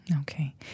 Okay